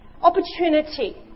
opportunity